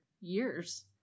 years